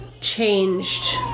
changed